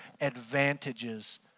advantages